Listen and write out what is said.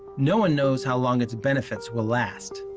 no one knows how long its benefits will last.